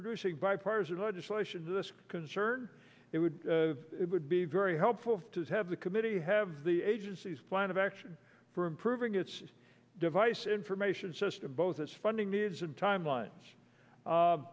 producing bipartisan legislation this concern it would it would be very helpful to have the committee have the agency's plan of action for improving its device information system both its funding needs and timelines